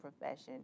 profession